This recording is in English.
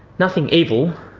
nothing evil,